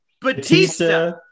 Batista